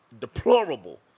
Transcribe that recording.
deplorable